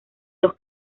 los